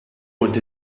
punt